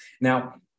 Now